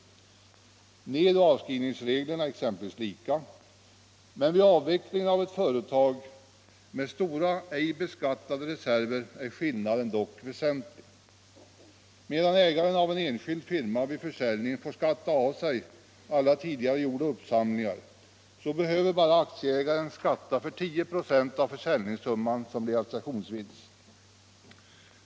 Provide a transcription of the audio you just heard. Nedskrivningsoch avskrivningsreglerna är exempelvis lika, men vid avvecklingen av ett företag med stora ej beskattade reserver är skillnaden väsentlig. Medan ägaren av en enskild firma vid försäljningen får skatta av sig alla tidigare gjorda uppsamlingar behöver aktieägaren bara skatta för 10 96 av försäljningssumman som realisationsvinst.